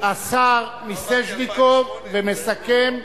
השר מיסז'ניקוב, ויסכם,